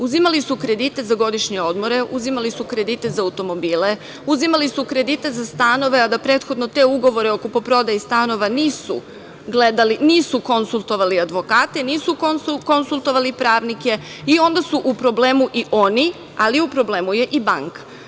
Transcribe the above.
Uzimali su kredite za godišnje odmore, uzimali su kredite za automobile, uzimali su kredite za stanove a da prethodno te ugovore o kupoprodaji stanova nisu gledali, nisu konsultovali advokate, nisu konsultovali pravnike i onda su u problemu i oni, ali u problemu je i banka.